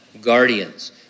guardians